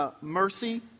mercy